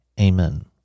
Amen